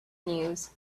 news